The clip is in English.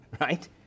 right